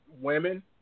women